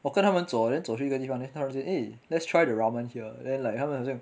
我跟他们走啊 then 走去一个地方 then 他们就 eh let's try the ramen here then like 他们好像